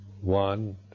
one